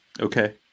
Okay